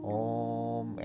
om